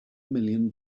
million